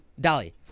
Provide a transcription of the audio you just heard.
Dolly